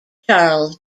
charles